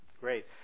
Great